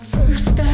First